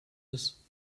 ist